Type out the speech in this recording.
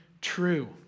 true